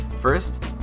First